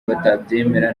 batabyemera